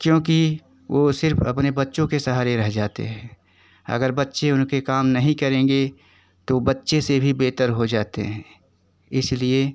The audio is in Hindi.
क्योंकि वो सिर्फ अपने बच्चों के सहारे रह जाते हैं अगर बच्चे उनके काम नहीं करेंगे तो बच्चे से भी बदतर हो जाते हैं इसलिए